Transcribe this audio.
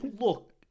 Look